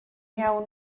iawn